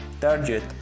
target